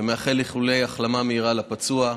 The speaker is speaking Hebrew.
ומאחל איחולי החלמה מהירה לפצוע,